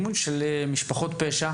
מאוד גדולות בכל הנוגע למימון משפחות פשע